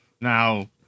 now